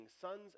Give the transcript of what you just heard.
sons